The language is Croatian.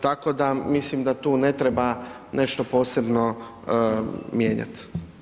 Tako da mislim da tu ne treba nešto posebno mijenjati.